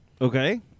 Okay